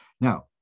Now